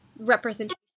representation